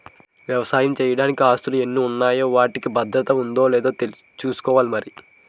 వ్యాపారం చెయ్యడానికి ఆస్తులు ఎన్ని ఉన్నాయో వాటికి అంతే భద్రత ఉందో లేదో చూసుకోవాలి మరి